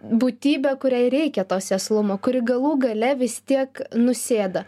būtybė kuriai reikia to sėslumo kuri galų gale vis tiek nusėda